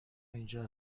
اینجا